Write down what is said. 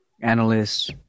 analysts